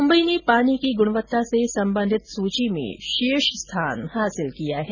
मुम्बई ने पानी की गुणवत्ता से संबंधित सूची में शीर्ष स्थान प्राप्त किया है